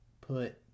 put